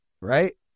Right